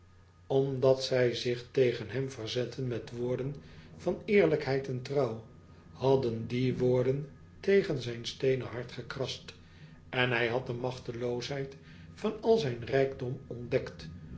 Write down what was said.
omdat zij zich tegen hem verzetten met woorden van eerlijkheid en trouw hadden die woorden tegen zijn steenen hart gekrast en hij had de machteloosheid van al zijn rijkdom ontdekt